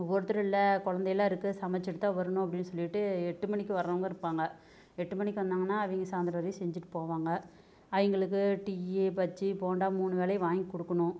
ஒவ்வொருத்தரும் இல்லை குழந்தை எல்லாம் இருக்கு சமைச்சிட்டு தான் வர்ணும் அப்படினு சொல்லிவிட்டு எட்டு மணிக்கு வர்றவங்க இருப்பாங்க எட்டு மணிக்கு வந்தாங்கன்னா அவங்க சாயந்தரம் வரையும் செஞ்சிவிட்டு போவாங்க அவங்களுக்கு டிய்யி பஜ்ஜி போண்டா மூணு வேலையும் வாங்கி கொடுக்குணும்